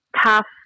tough